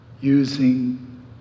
using